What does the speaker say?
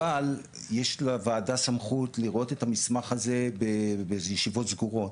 אבל יש לוועדה סמכות לראות את המסמך הזה בישיבות סגורות,